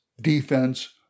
defense